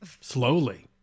Slowly